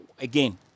Again